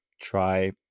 try